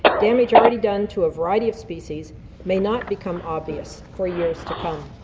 damage already done to a variety of species may not become obvious for years to come.